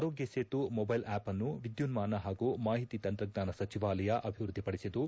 ಆರೋಗ್ಯ Setu mobile app ಅನ್ನು ವಿದ್ಯುನ್ಮಾನ ಹಾಗೂ ಮಾಹಿತಿ ತಂತ್ರಜ್ಞಾನ ಸಚಿವಾಲಯ ಅಭಿವೃದ್ದಿ ಪಡಿಸಿದ್ದು